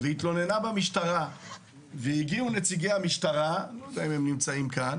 והתלוננה במשטרה והגיעו נציגי המשטרה גם הם נמצאים כאן